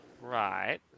Right